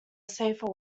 safer